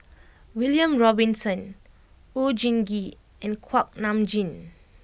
William Robinson Oon Jin Gee and Kuak Nam Jin